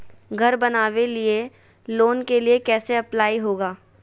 घर बनावे लिय लोन के लिए कैसे अप्लाई होगा?